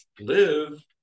live